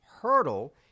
hurdle